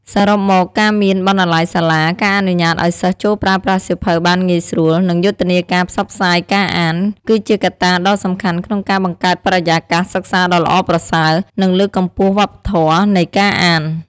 សរុបមក ការមានបណ្ណាល័យសាលា ការអនុញ្ញាតឱ្យសិស្សចូលប្រើប្រាស់សៀវភៅបានងាយស្រួល និងយុទ្ធនាការផ្សព្វផ្សាយការអាន គឺជាកត្តាដ៏សំខាន់ក្នុងការបង្កើតបរិយាកាសសិក្សាដ៏ល្អប្រសើរ និងលើកកម្ពស់វប្បធម៌នៃការអាន។